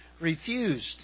refused